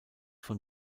von